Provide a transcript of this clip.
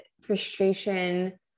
frustration